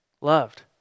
loved